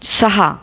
सहा